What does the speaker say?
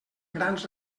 grans